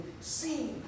see